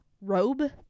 Robe